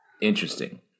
Interesting